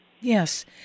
Yes